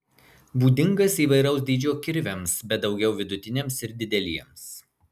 būdingas įvairaus dydžio kirviams bet daugiau vidutiniams ir dideliems